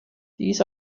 these